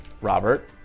Robert